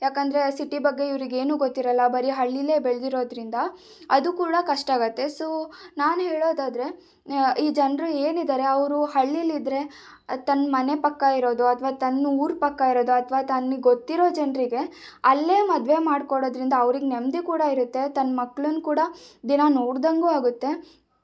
ಯಾಕೆಂದರೆ ಸಿಟಿ ಬಗ್ಗೆ ಇವರಿಗೇನೂ ಗೊತ್ತಿರಲ್ಲ ಬರೀ ಹಳ್ಳಿಲೇ ಬೆಳ್ದಿರೋದ್ರಿಂದ ಅದೂ ಕೂಡ ಕಷ್ಟ ಆಗತ್ತೆ ಸೋ ನಾನು ಹೇಳೋದಾದ್ರೆ ಈ ಜನರು ಏನಿದ್ದಾರೆ ಅವರು ಹಳ್ಳಿಲಿದ್ರೆ ತನ್ನ ಮನೆ ಪಕ್ಕ ಇರೋದು ಅಥವಾ ತನ್ನ ಊರ ಪಕ್ಕ ಇರೋದು ಅಥವಾ ತನಗೆ ಗೊತ್ತಿರೋ ಜನರಿಗೆ ಅಲ್ಲೇ ಮದುವೆ ಮಾಡ್ಕೋಡೋದ್ರಿಂದ ಅವರಿಗೆ ನೆಮ್ಮದಿ ಕೂಡ ಇರುತ್ತೆ ತನ್ನ ಮಕ್ಕಳನ್ನು ಕೂಡ ದಿನಾ ನೋಡ್ದಂಗೂ ಆಗುತ್ತೆ